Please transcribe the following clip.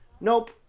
nope